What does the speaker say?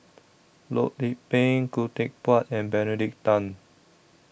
Loh Lik Peng Khoo Teck Puat and Benedict Tan